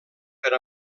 per